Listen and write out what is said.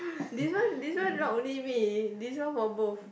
this one this one not only me this one for both